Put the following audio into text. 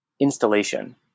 installation